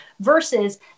versus